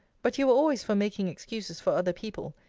but you were always for making excuses for other people,